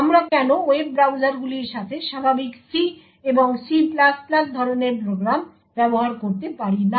আমরা কেন ওয়েব ব্রাউজারগুলির সাথে স্বাভাবিক C এবং C ধরনের প্রোগ্রাম ব্যবহার করতে পারি না